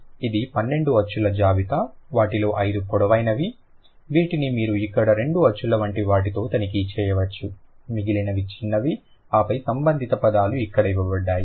కాబట్టి ఇది 12 అచ్చుల జాబితా వాటిలో 5 పొడవైనవి వీటిని మీరు ఇక్కడ రెండు చుక్కల వంటి వాటితో తనిఖీ చేయవచ్చు మిగిలినవి చిన్నవి ఆపై సంబంధిత పదాలు ఇక్కడ ఇవ్వబడ్డాయి